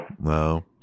No